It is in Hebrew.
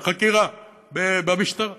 בחקירה במשטרה